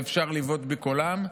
ואפשר לבעוט בכולם,